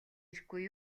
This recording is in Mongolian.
ирэхгүй